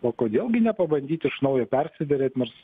o kodėl gi nepabandyt iš naujo persiderėt nors